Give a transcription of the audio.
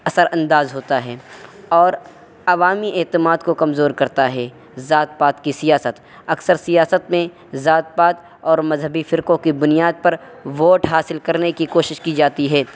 اثر انداز ہوتا ہے اور عوامی اعتماد کو کمزور کرتا ہے ذات پات کی سیاست اکثر سیاست میں ذات پات اور مذہبی فرقوں کی بنیاد پر ووٹ حاصل کرنے کی کوشش کی جاتی ہے